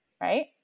right